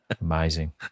Amazing